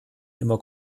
immer